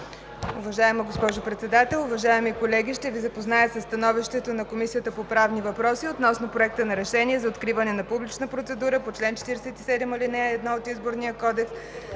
Уважаема госпожо Председател, уважаеми колеги, ще Ви запозная със: „СТАНОВИЩЕ на Комисията по правни въпроси относно Проект на решение за откриване на публична процедура по чл. 47, ал. 1 от Изборния кодекс,